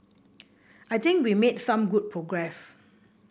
I think we made some good progress